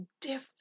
different